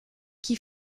qui